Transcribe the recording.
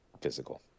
physical